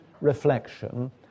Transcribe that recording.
reflection